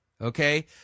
okay